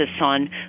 on